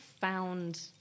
found